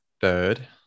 Third